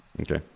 Okay